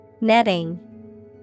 Netting